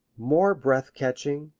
more breath-catching,